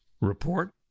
report